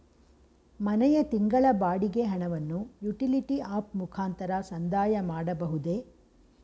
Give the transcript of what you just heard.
ಮನೆಯ ತಿಂಗಳ ಬಾಡಿಗೆ ಹಣವನ್ನು ಯುಟಿಲಿಟಿ ಆಪ್ ಮುಖಾಂತರ ಸಂದಾಯ ಮಾಡಬಹುದೇ?